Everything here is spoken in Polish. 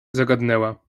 zagadnęła